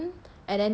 he won